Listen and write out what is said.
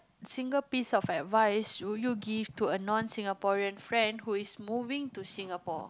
single piece of advice would you give to a non Singaporean friend who is moving to Singapore